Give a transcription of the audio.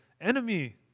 enemy